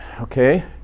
Okay